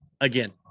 again